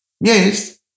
yes